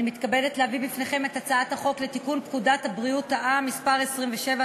אני מתכבדת להביא בפניכם את הצעת חוק לתיקון פקודת בריאות העם (מס' 27),